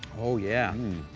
oh yeah